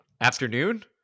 Afternoon